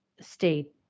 state